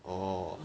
orh